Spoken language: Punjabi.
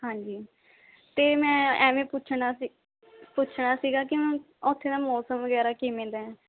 ਹਾਂਜੀ ਅਤੇ ਮੈਂ ਇਵੇਂ ਪੁੱਛਣਾ ਸੀ ਪੁੱਛਣਾ ਸੀਗਾ ਕਿ ਉਨ ਉੱਥੇ ਦਾ ਮੌਸਮ ਵਗੈਰਾ ਕਿਵੇਂ ਦਾ